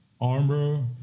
armor